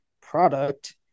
product